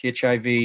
HIV